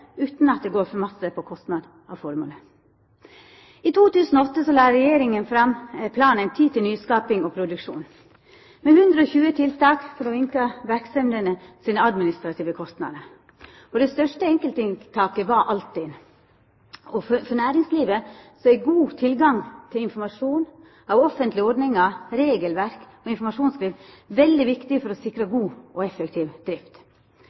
utan at det går for mykje på kostnad av formålet. I 2008 la Regjeringa fram planen Tid til nyskaping og produksjon, med 120 tiltak for å minska verksemdene sine administrative kostnader. Det største enkelttiltaket var Altinn. For næringslivet er god tilgang til informasjon om offentlege ordningar, regelverk og informasjonskrav veldig viktig for å sikra god og effektiv drift.